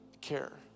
care